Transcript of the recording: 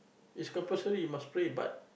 it's compulsory you must pray but